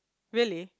really